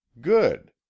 good